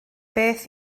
beth